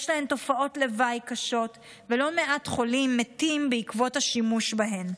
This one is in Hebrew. יש להן תופעות לוואי קשות ולא מעט חולים מתים בעקבות השימוש בהן.